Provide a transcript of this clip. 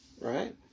right